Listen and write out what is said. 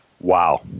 Wow